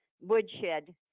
woodshed